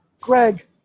Greg